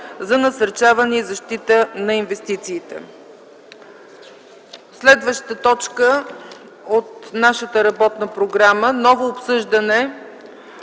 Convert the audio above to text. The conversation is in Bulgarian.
за насърчаване и защита на инвестициите. Следващата точка от нашата работна програма е: